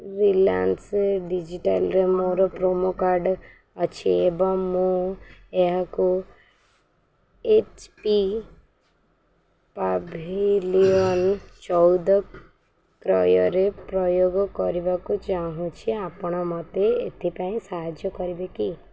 Reliance ଡିଜିଟାଲ୍ରେ ମୋର promo card ଅଛି ଏବଂ ମୁଁ ଏହାକୁ ଏଚ୍ ପି ପାଭିଲିଅନ୍ ଚଉଦ କ୍ରୟରେ ପ୍ରୟୋଗ କରିବାକୁ ଚାହୁଁଛି ଆପଣ ମୋତେ ଏଥିପାଇଁ ସାହାଯ୍ୟ କରିବେ କି